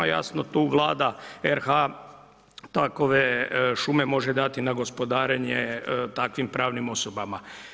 Jasno tu Vlada RH takove šume može dati na gospodarenje takvim pravnim osobama.